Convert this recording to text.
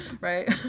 Right